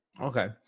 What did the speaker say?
okay